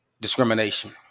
discrimination